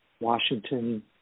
Washington